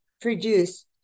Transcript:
produce